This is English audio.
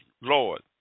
Lord